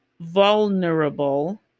vulnerable